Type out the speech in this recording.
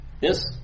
Yes